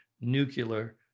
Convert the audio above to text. nuclear